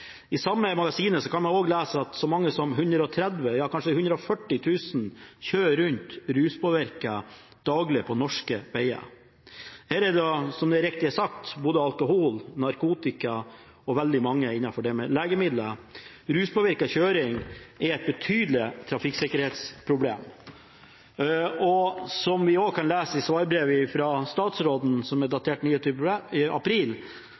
I det samme magasinet kan vi også lese at så mange som 130 000 – ja, kanskje 140 000 – kjører rundt ruspåvirket daglig på norske veier, og her er det da, som det riktig er sagt, både alkohol, narkotika og veldig mange ulike legemidler. Ruspåvirket kjøring er et betydelig trafikksikkerhetsproblem, og som vi også kan lese i svarbrevet fra statsråden, som er datert 29. april,